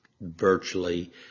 virtually